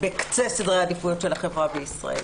בקצה סדרי העדיפויות של החברה בישראל.